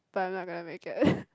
but I'm not gonna make it